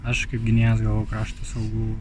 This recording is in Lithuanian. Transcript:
aš kaip gynėjas gavau krašto saugų